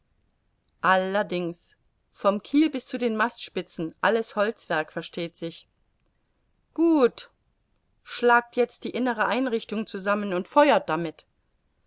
allerdings vom kiel bis zu den mastspitzen alles holzwerk versteht sich gut schlagt jetzt die innere einrichtung zusammen und feuert damit